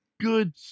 good